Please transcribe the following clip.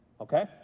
Okay